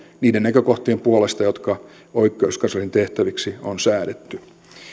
niiden näkökohtien puolesta jotka oikeuskanslerin tehtäviksi on säädetty